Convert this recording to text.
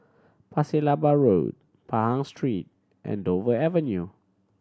Pasir Laba Road Pahang Street and Dover Avenue